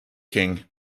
king